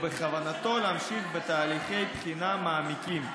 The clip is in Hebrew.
בכוונתו להמשיך בתהליכי בחינה מעמיקים.